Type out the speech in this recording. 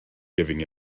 giving